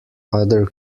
other